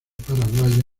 paraguaya